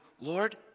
Lord